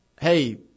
hey